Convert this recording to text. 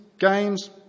games